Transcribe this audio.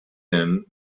him